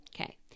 Okay